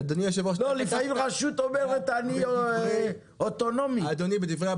לפעמים רשות אומרת שהיא אוטונומית --- אדוני היו"ר,